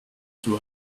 two